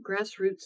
grassroots